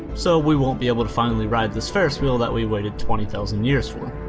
so we won't be able to finally ride this ferris wheel that we waited twenty thousand years for.